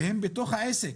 הם בתוך העסק,